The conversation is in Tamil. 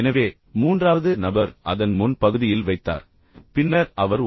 எனவே மூன்றாவது நபர் அதன் முன் பகுதியில் வைத்தார் பின்னர் அவர் ஓ